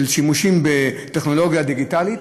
של שימושים בטכנולוגיה דיגיטלית.